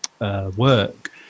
work